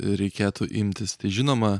reikėtų imtis žinoma